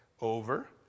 Over